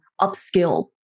upskill